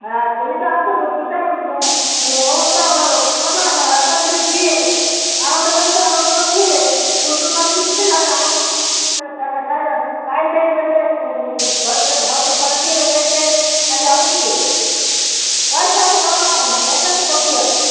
হ্যাঁ তুমি তো আছ বিশাল অবস্থাওয়ালা লোক তা করবে না কেনো একটা ছেলের বিয়ে আনন্দ করেই তো আনন্দ করতে হবে ফুলটুল না দিলে কী করে হবে আনন্দ করে বেশ ভালো করে ভালো করে সাজাতে হবে গেট টেট নাহলে হবে কী করে পয়সা আছে করবে না কেনো পয়সা আছে করতেই হবে